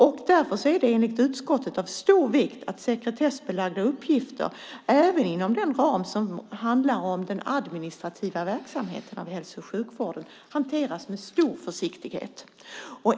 Det är enligt utskottet av stor vikt att sekretessbelagda uppgifter även inom den ram som handlar om den administrativa verksamheten av hälso och sjukvården hanteras med stor försiktighet.